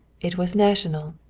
it was national.